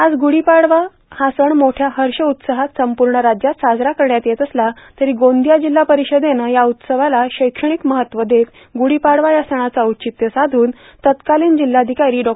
आज गुडीपाडवा हा सण मोठया हर्ष उत्साहात संपूर्ण राज्यात साजरा करण्यात येत असला तरी गोंदिया जिल्हा परिषदेनं या उत्सवाला शैक्षणिक महत्व देत गूडीपाडवा या सणाचं औचित्य साधून तत्कालीन जिल्हाधिरकारी डॉ